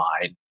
mind